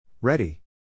Ready